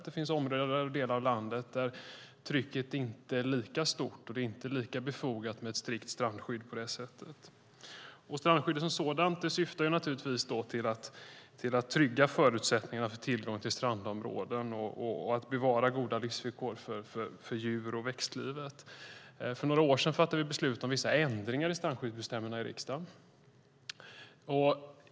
Det finns också områden i landet där trycket inte är lika stort och det inte är lika befogat med ett strikt strandskydd. Strandskyddet syftar naturligtvis till att trygga förutsättningarna för tillgång till strandområden och att bevara goda livsvillkor för djur och växtlivet. För några år sedan fattade vi här i riksdagen beslut om vissa ändringar i strandskyddsbestämmelserna.